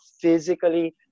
physically